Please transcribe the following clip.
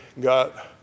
got